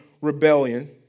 rebellion